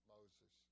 Moses